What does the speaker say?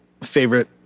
favorite